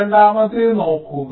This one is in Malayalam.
രണ്ടാമത്തേത് നോക്കുക